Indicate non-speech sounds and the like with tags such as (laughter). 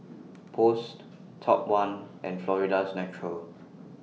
(noise) Post Top one and Florida's Natural